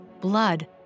Blood